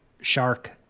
shark